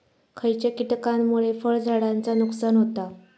खयच्या किटकांमुळे फळझाडांचा नुकसान होता?